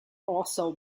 also